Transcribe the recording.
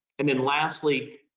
and then lastly,